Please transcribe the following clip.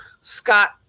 Scott